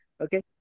Okay